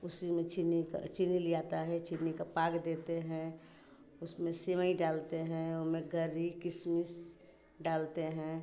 उसी में चीनी का चीनी लियाता है चीनी का पाग देते हैं उसमें सेवईं डालते हैं ओमे गरी किशमिश डालते हैं